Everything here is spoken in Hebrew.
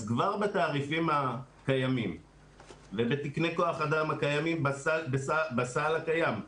אז כבר בתעריפים הקיימים ובתקני כוח אדם הקיימים בסל הקיים,